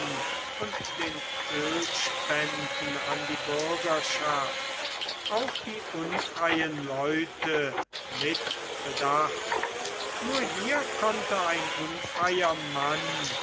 und den ölspenden an die bürgerschaft auch die unfreien leute mit bedacht nur hier konnte ein unfreier mann